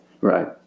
Right